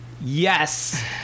yes